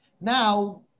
Now